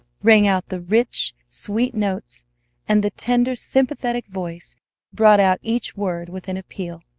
rang out the rich, sweet notes and the tender, sympathetic voice brought out each word with an appeal.